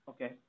Okay